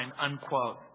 unquote